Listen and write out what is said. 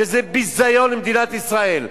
שזה ביזיון למדינת ישראל,